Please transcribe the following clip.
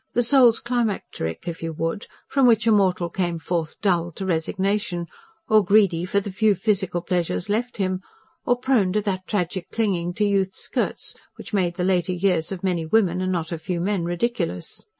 the soul's climacteric, if you would, from which a mortal came forth dulled to resignation or greedy for the few physical pleasures left him or prone to that tragic clinging to youth's skirts, which made the later years of many women and not a few men ridiculous.